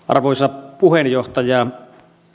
arvoisa puheenjohtaja